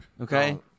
Okay